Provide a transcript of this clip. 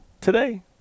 today